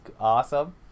awesome